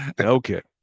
Okay